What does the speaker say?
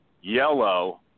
yellow